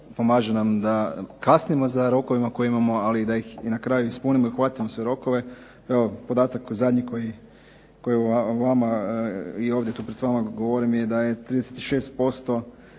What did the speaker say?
pomaže nam da kasnimo za rokovima koje imamo, ali da ih i na kraju ispunimo i uhvatimo sve rokove. Evo podatak zadnji koji vama i ovdje tu pred vama govorim je da je 36%